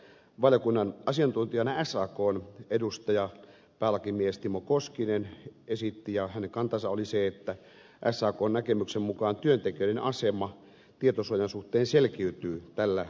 valiokunnan asiantuntija sakn edustaja päälakimies timo koskisen kanta oli se että sakn näkemyksen mukaan työntekijöiden asema tietosuojan suhteen selkiytyy tällä lakimuutoksella